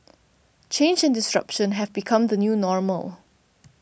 change and disruption have become the new normal